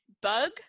bug